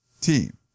team